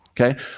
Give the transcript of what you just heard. Okay